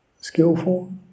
Skillful